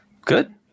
good